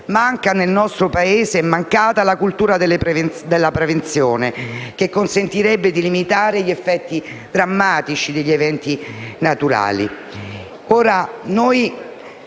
manca nel nostro Paese la cultura della prevenzione, che consentirebbe di limitare gli effetti drammatici degli eventi naturali.